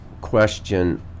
question